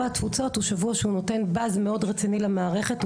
התפוצות הוא שבוע שהוא נותן באז מאוד רציני למערכת,